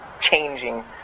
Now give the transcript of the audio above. changing